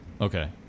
okay